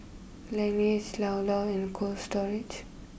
Laneige Llao Llao and Cold Storage